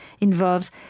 involves